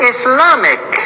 Islamic